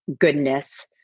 goodness